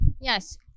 Yes